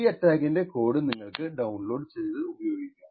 ഈ അറ്റാക്കിന്റെ കോഡ് നിങ്ങൾക്ക് ഡൌൺലോഡ് ചെയ്യാം